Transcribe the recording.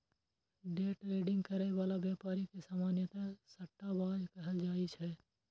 day trading करै बला व्यापारी के सामान्यतः सट्टाबाज कहल जाइ छै